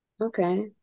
okay